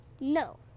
No